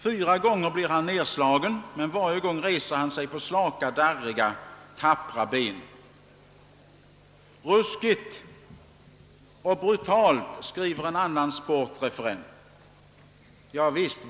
Fyra gånger blir han nedslagen — men varje gång reser han sig på slaka, darriga, tappra ben!» — »Ruskigt och brutalt», skriver en annan sportreferent. »Javisst!